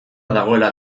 dagoela